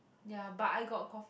ya but I got cough